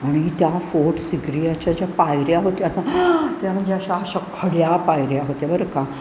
आणि त्या फोर्ट सिग्रियाच्या ज्या पायऱ्या होत्या त्या म्हणजे अशा अशा खड्या पायऱ्या होत्या बरं का